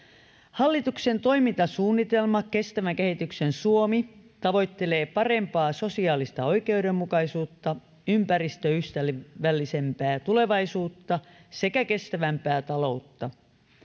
hallituksen toimintasuunnitelma kestävän kehityksen suomi tavoittelee parempaa sosiaalista oikeudenmukaisuutta ympäristöystävällisempää tulevaisuutta sekä kestävämpää taloutta